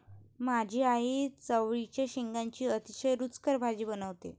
माझी आई चवळीच्या शेंगांची अतिशय रुचकर भाजी बनवते